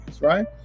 right